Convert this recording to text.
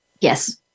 Yes